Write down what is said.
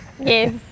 Yes